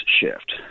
shift